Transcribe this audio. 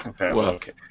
Okay